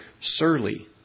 surly